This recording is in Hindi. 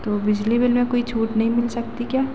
तो बिजली बिल में कोई छूट नहीं मिल सकती क्या